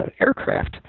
aircraft